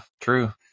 true